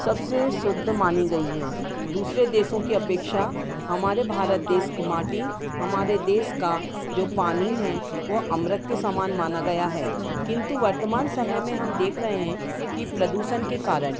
सबसे शुद्ध मानी गई है दूसरे देशों की अपेक्षा हमारे भारत देश की माटी हमारे देश का जो पानी है वह अमृत के समान माना गया है किन्तु वर्तमान समय में हम देख रहे हैं कि प्रदूषण के कारण